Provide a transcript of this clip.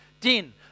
Den